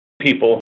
people